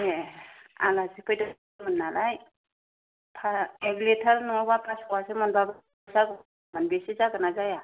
ए आलासि फैदोंमोन नालाय एक लिटार नङाबा पास पवासो मोनबाबो जागौ मोन बेसे जागोन ना जाया